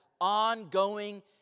ongoing